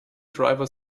driver